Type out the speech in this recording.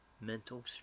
mental